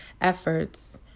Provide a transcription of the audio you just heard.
efforts